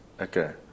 Okay